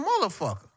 motherfucker